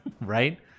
right